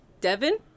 devon